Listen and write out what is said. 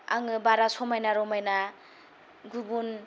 आङो बारा समायना रमायना गुबुन